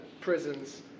prisons